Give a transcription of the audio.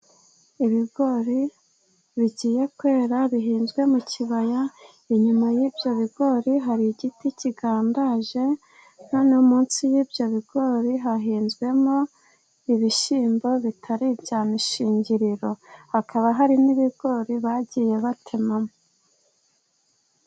Ibigori bigiye kwera bihinzwe mu kibaya, inyuma y'ibyo bigori hari igiti kigandaje, no munsi y'ibyo bigori hahinzwemo ibishyimbo bitari ibya mishingiriro, hakaba hari n'ibigori bagiye batemamo.